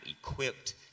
equipped